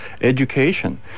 education